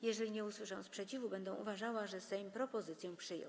Jeżeli nie usłyszę sprzeciwu, będę uważała, że Sejm propozycję przyjął.